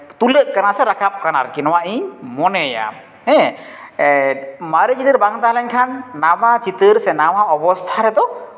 ᱛᱩᱞᱟᱹᱜ ᱠᱟᱱᱟ ᱥᱮ ᱨᱟᱠᱟᱵ ᱠᱟᱱᱟ ᱟᱨᱠᱤ ᱱᱚᱣᱟ ᱤᱧ ᱢᱚᱱᱮᱭᱟ ᱦᱮᱸ ᱢᱟᱨᱮ ᱪᱤᱛᱟᱹᱨ ᱵᱟᱝ ᱛᱟᱦᱮᱸ ᱞᱮᱱᱠᱷᱟᱱ ᱱᱟᱣᱟ ᱪᱤᱛᱟᱹᱨ ᱥᱮ ᱱᱟᱣᱟ ᱚᱵᱚᱥᱛᱷᱟ ᱨᱮᱫᱚ